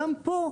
גם פה,